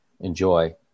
enjoy